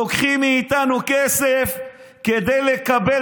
לוקחים מאיתנו כסף כדי לקבל,